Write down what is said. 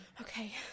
Okay